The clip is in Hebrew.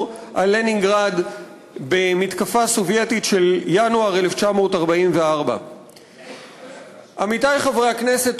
על לנינגרד במתקפה סובייטית בינואר 1944. עמיתי חברי הכנסת,